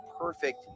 perfect